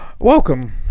Welcome